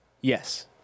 Yes